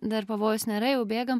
dar pavojaus nėra jau bėgam